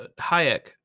hayek